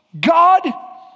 God